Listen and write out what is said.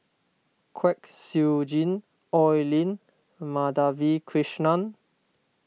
Kwek Siew Jin Oi Lin Madhavi Krishnan